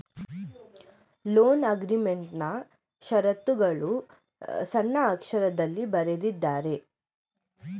loan ಅಗ್ರೀಮೆಂಟ್ನಾ ಶರತ್ತುಗಳು ಸಣ್ಣಕ್ಷರದಲ್ಲಿ ಬರೆದಿದ್ದಾರೆ